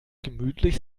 gemütlich